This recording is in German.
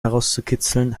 herauszukitzeln